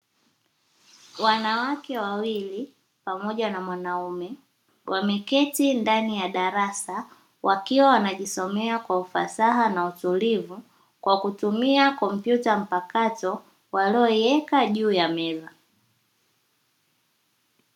Wanawake wawili pamoja na mwanaume wameketi ndnai ya darasa, wakiwa wanajisomea kwa ufasaha na utulivu kwa kutumia kompyuta mpakato, walioiweka juu ya meza.